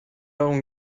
darum